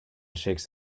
shakes